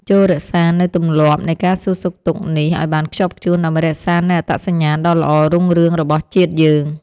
ចូររក្សានូវទម្លាប់នៃការសួរសុខទុក្ខនេះឱ្យបានខ្ជាប់ខ្ជួនដើម្បីរក្សានូវអត្តសញ្ញាណដ៏ល្អរុងរឿងរបស់ជាតិយើង។